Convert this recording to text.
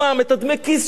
את דמי הכיס שלהם.